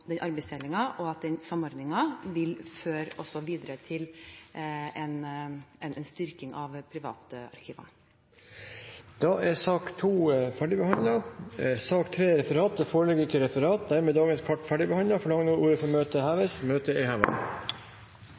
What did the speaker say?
sak nr. 2 ferdigbehandlet. Det foreligger ikke noe referat. Dermed er dagens kart ferdigbehandlet. Forlanger noen ordet før møtet heves? – Møtet er